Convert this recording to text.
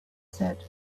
said